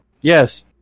Yes